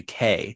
uk